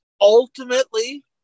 Ultimately